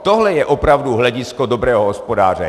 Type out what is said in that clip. Tohle je opravdu hledisko dobrého hospodáře.